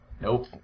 Nope